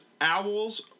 owls